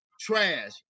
trash